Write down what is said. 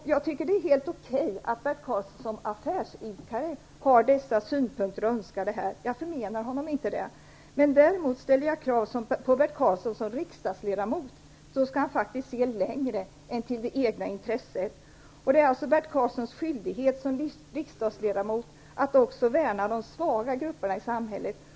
Jag tycker att det är helt okej att Bert Karlsson som affärsidkare har dessa synpunkter och önskemål. Jag förmenar honom inte det. Däremot ställer jag krav på Bert Karlsson som riksdagsledamot. Som riksdagsledamot skall han faktiskt se längre än till det egna intresset. Det är Bert Karlssons skyldighet som riksdagsledamot att också värna de svaga grupperna i samhället.